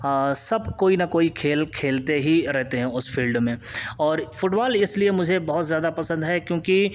ہاں سب کوئی نہ کوئی کھیل کھیلتے ہی رہتے ہیں اس فیلڈ میں اور فٹبال اس لیے مجھے بہت زیادہ پسند ہے کیوںکہ